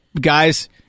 guys